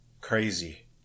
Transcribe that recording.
Crazy